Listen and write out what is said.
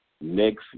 next